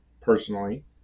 personally